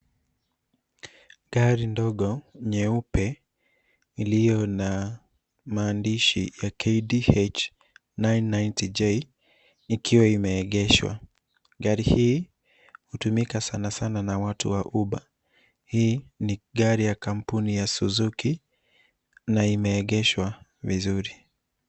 Gari ndogo nyeupe iliyo na maandishi ya KDH 990J ikiwa imeegeshwa. Gari hii hutumika sanasana na watu huba. Hii ni gari ya kampuni na suzuki na imeegeshwa vizuri.